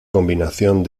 combinación